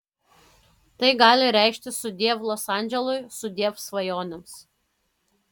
tai gali reikšti sudiev los andželui sudiev svajonėms